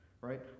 right